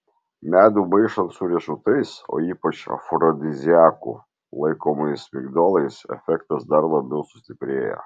medų maišant su riešutais o ypač afrodiziaku laikomais migdolais efektas dar labiau sustiprėja